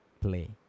play